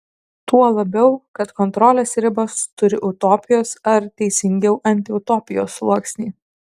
tuo labiau kad kontrolės ribos turi utopijos ar teisingiau antiutopijos sluoksnį